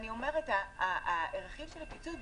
רכיב הפיצוי,